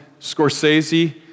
Scorsese